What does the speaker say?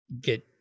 get